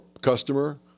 customer